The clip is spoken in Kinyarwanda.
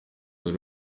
wari